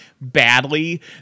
badly